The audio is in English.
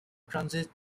transit